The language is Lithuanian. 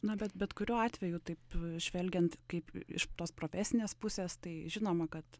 na bet bet kuriuo atveju taip žvelgiant kaip iš tos profesinės pusės tai žinoma kad